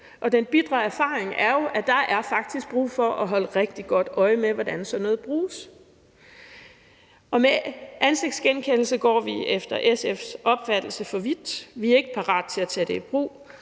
For den bitre erfaring er jo, at der faktisk er brug for at holde rigtig godt øje med, hvordan sådan noget bruges. Med ansigtsgenkendelse går vi efter SF's opfattelse for vidt. Vi er ikke parate til at tage det i brug,